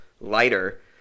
lighter